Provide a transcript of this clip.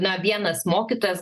na vienas mokytojas